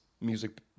music